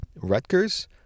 Rutgers